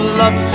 love